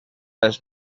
les